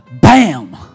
Bam